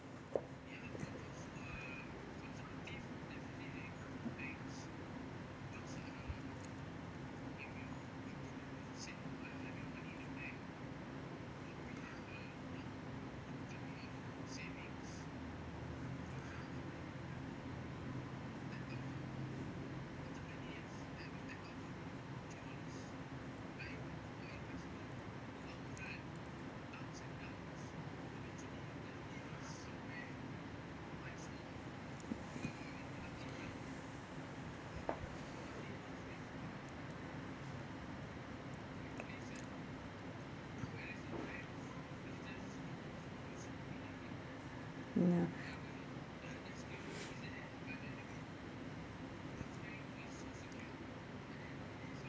ya